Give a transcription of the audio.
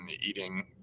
eating